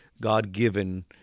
God-given